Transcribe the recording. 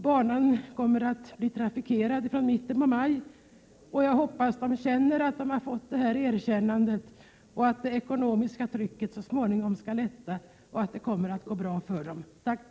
Banan kommer att bli trafikerad från mitten av maj. Jag hoppas att de känner att de har fått detta erkännande och att det ekonomiska trycket så småningom skall lätta och att det kommer att gå bra för dem. Tack!